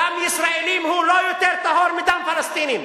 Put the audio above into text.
דם ישראלים לא יותר טהור מדם פלסטינים.